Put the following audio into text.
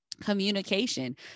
Communication